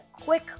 quick